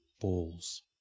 balls